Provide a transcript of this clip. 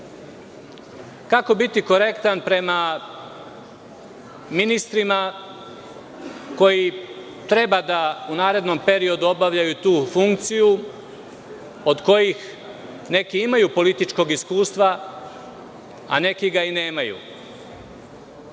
Kako biti korektan prema ministrima koji treba da u narednom periodu obavljaju tu funkciju, od kojih neki imaju političkog iskustva, a neki ga i nemaju? Možda